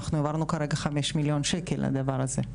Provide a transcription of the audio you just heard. אנחנו העברנו כרגע חמישה מיליון שקל לדבר הזה.